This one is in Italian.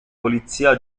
polizia